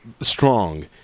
strong